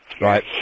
right